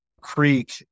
Creek